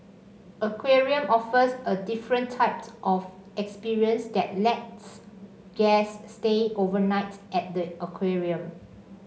aquarium offers a different type of experience that lets guests stay overnight at the aquarium